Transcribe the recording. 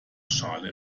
schale